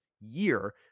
year